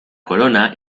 corona